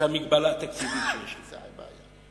שהמגבלה התקציבית היא הבעיה.